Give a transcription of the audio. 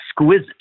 exquisite